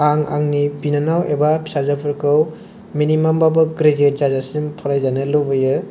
आं आंनि बिनानाव एबा फिसाजोफोरखौ मिनिमामबाबो ग्रेजुवेट जाजासिम फरायजानो लुबैयो